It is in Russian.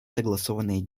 согласованные